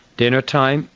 dinner time,